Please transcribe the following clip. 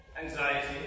anxiety